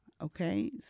okay